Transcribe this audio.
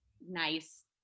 nice